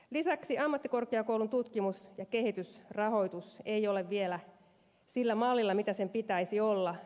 lisäksi ammattikorkeakoulun tutkimus ja kehitysrahoitus ei ole vielä sillä mallilla mitä sen pitäisi olla